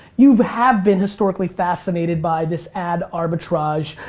you have been historically fascinated by this ad arbitrage,